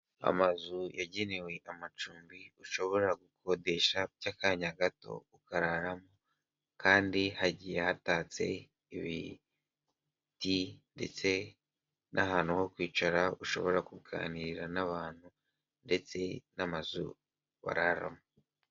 Amazu yagenewe amacumbi ushobora gukodesha by'akanya gato ukararamo kandi hagiye hatatse ibiti ndetse n'ahantu ho kwicara ushobora kuganira n'abantu ndetse n'amazu bararamo.